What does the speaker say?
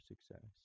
success